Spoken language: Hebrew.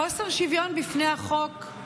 חוסר שוויון בפני החוק הוא